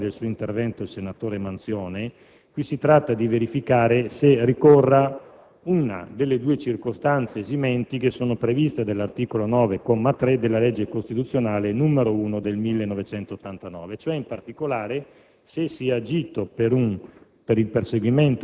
Come ha correttamente segnalato nella conclusione del suo intervento il senatore Manzione, si tratta di verificare se ricorra una delle due circostanze esimenti previste all'articolo 9, comma 3, della legge costituzionale 16 gennaio 1989, n. 1, cioè in particolare